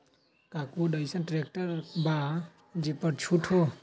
का कोइ अईसन ट्रैक्टर बा जे पर छूट हो?